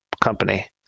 company